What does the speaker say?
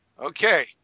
Okay